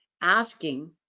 asking